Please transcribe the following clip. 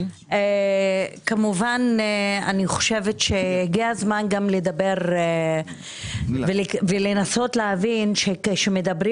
כמובן שאני חושבת שהגיע הזמן גם לדבר ולנסות להבין שכשמדברים